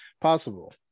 possible